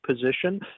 position